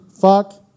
fuck